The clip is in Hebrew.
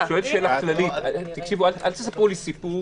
אני שואל שאלה כללית, אל תספרו לי סיפור.